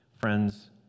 Friends